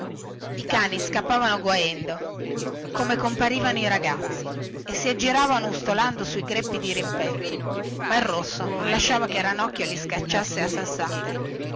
i cani scappavano guaendo come comparivano i ragazzi e si aggiravano ustolando sui greppi dirimpetto ma il rosso non lasciava che ranocchio li scacciasse a sassate